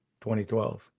2012